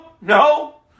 No